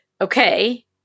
okay